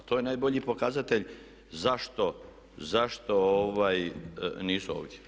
To je najbolji pokazatelj zašto nisu ovdje.